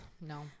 No